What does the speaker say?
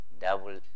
double